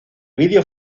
video